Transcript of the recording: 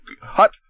hut